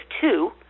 two